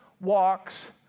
walks